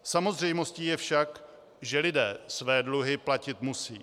Samozřejmostí je však, že lidé své dluhy platit musí.